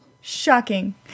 Shocking